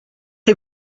chi